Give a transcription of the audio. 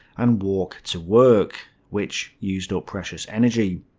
and walk to work which used up precious energy.